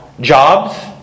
jobs